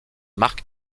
mark